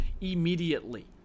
immediately